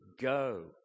go